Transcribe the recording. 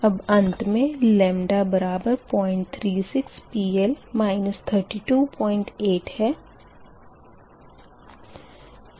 अब अंत मे λ 036 PL 328 है